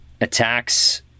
Attacks